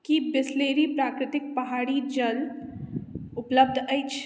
की बिसलेरी प्राकृतिक पहाड़ी जल उपलब्ध अछि